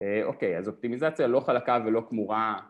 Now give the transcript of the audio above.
אוקיי אז אופטימיזציה לא חלקה ולא כמורה